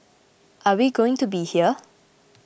are we going to be here